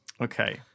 Okay